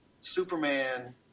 Superman